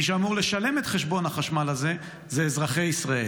מי שאמור לשלם את חשבון החשמל הזה זה אזרחי ישראל.